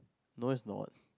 no it's not